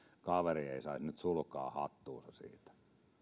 kaveri ei nyt saisi sulkaa hattuunsa siitä